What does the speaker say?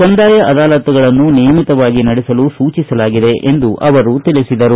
ಕಂದಾಯ ಅದಾಲತ್ಗಳನ್ನು ನಿಯಮಿತವಾಗಿ ನಡೆಸಲು ಸೂಚಿಸಲಾಗಿದೆ ಎಂದು ಅವರು ತಿಳಿಸಿದರು